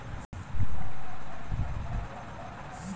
corporate कानून में share प्रमाण पत्र एगो कानूनी दस्तावेज हअ